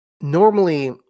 normally